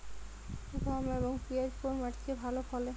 গম এবং পিয়াজ কোন মাটি তে ভালো ফলে?